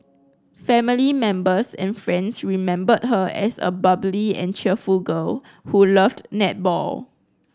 family members and friends remembered her as a bubbly and cheerful girl who loved netball